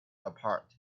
apart